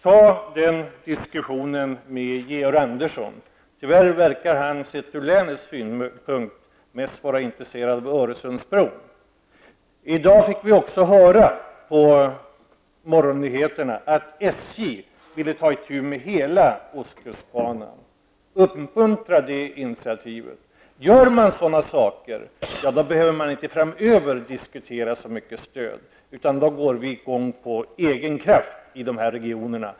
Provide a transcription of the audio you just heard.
Ta den diskussionen med Georg Andersson! Tyvärr verkar han, åtminstone från länets synpunkt, vara mest intresserad av Det sades på morgonnyheterna i dag att SJ vill ta itu med hela ostkustbanan. Uppmuntra det initiativet! Gör man sådana saker, behöver man inte framöver diskutera så mycket detta med stöd. Då går vi i gång av egen kraft i de här regionerna.